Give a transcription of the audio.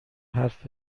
حرف